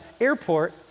airport